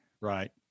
right